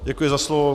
Děkuji za slovo.